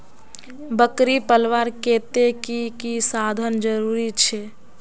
बकरी पलवार केते की की साधन जरूरी छे?